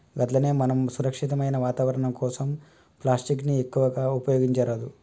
గట్లనే మనం సురక్షితమైన వాతావరణం కోసం ప్లాస్టిక్ ని ఎక్కువగా ఉపయోగించరాదు